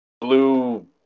blue